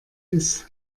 ist